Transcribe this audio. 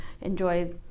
enjoy